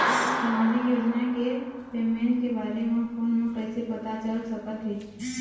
सामाजिक योजना के पेमेंट के बारे म फ़ोन म कइसे पता चल सकत हे?